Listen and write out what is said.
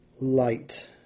light